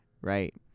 right